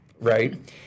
right